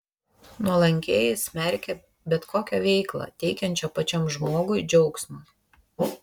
nuolankieji smerkė bet kokią veiklą teikiančią pačiam žmogui džiaugsmą